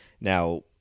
Now